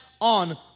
on